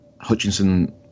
Hutchinson